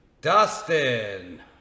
Dustin